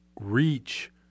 reach